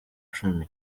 cumi